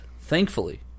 thankfully